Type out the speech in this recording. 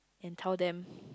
and tell them